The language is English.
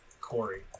Corey